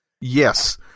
Yes